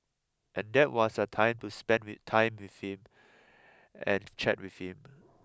and that was a time to spend the time with him and chat with him